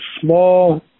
small